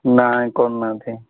ନାହିଁ କରୁନାହାନ୍ତି